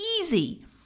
easy